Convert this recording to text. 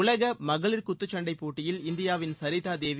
உலக மகளிர் குத்துச்சண்டை போட்டியில் இந்தியாவின் சரிதா தேவி